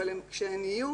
אבל כשהן יהיו